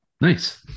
Nice